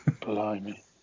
Blimey